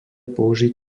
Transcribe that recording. použiť